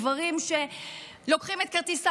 גברים שלוקחים את כרטיס האשראי,